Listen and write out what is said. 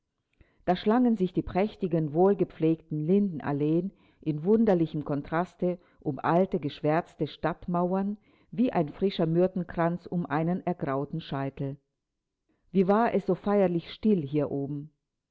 da schlangen sich die prächtigen wohlgepflegten lindenalleen in wunderlichem kontraste um alte geschwärzte stadtmauern wie ein frischer myrtenkranz um einen ergrauten scheitel wie war es so feierlich still hier oben